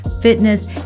fitness